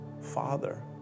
Father